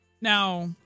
Now